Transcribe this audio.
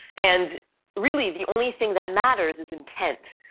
and really the only thing that matters is intent.